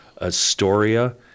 Astoria